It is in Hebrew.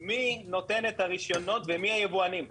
מי נותן את הרישיונות ומי היבואנים?